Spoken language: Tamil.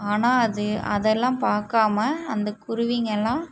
ஆனா அது அதெல்லாம் பார்க்காம அந்த குருவிங்கள்லாம்